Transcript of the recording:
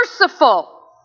merciful